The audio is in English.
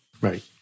Right